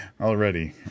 Already